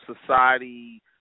society